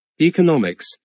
economics